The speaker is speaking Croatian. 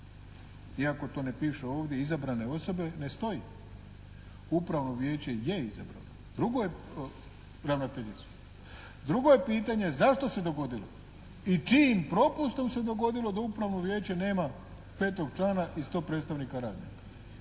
iako to ne piše ovdje izabrane osobe ne stoji. Upravno vijeće je izabralo, drugo je ravnateljicu. Drugo je pitanje zašto se dogodilo i čijim propustom se dogodilo da Upravno vijeće nema 5. člana iz tog predstavnika rada.